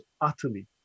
utterly